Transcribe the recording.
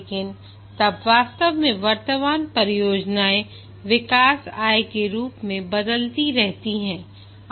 लेकिन तब वास्तव में वर्तमान परियोजनाएं विकास आय के रूप में बदलती रहती हैं